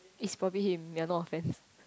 it's probably him ya no offence